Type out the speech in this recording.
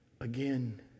again